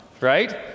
right